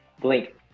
blink